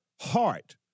heart